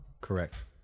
Correct